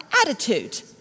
attitude